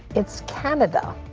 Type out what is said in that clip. it's canada,